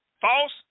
False